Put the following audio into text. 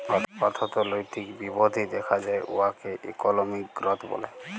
অথ্থলৈতিক বিধ্ধি দ্যাখা যায় উয়াকে ইকলমিক গ্রথ ব্যলে